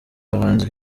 abahanzi